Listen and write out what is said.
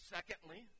Secondly